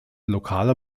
lokaler